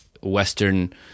Western